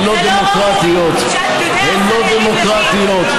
הן לא דמוקרטיות.